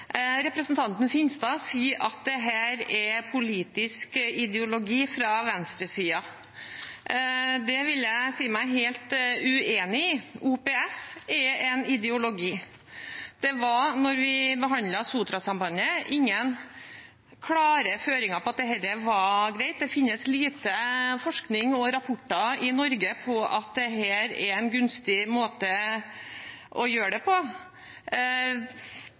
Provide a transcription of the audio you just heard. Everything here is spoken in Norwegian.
Representanten Finstad sier at dette er politisk ideologi fra venstresiden. Det vil jeg si meg helt uenig i. OPS er en ideologi. Da vi behandlet Sotrasambandet, var det ingen klare føringer om at dette var greit, det finnes lite forskning og rapporter i Norge på at dette er en gunstig måte å gjøre det på.